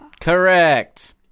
Correct